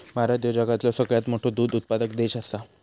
भारत ह्यो जगातलो सगळ्यात मोठो दूध उत्पादक देश आसा